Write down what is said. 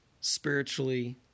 spiritually